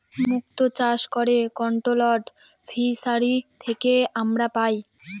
মুক্ত চাষ করে কন্ট্রোলড ফিসারী থেকে আমরা পাই